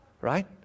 Right